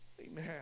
Amen